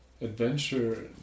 Adventure